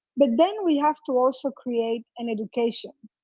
but then we have to also create an education.